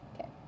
Okay